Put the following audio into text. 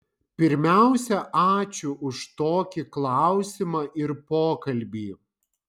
pirmiausia ačiū už tokį klausimą ir pokalbį